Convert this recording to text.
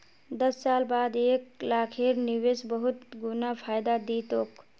दस साल बाद एक लाखेर निवेश बहुत गुना फायदा दी तोक